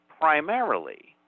primarily